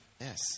Yes